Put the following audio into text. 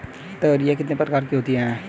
तोरियां कितने प्रकार की होती हैं?